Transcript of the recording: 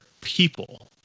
people